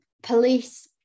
Police